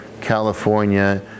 California